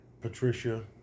Patricia